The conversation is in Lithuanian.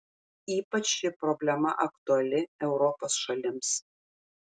ypač ši problema aktuali europos šalims